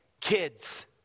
Kids